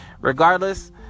Regardless